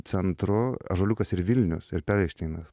centru ąžuoliukas ir vilnius ir perelšteinas